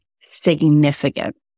significant